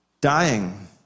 dying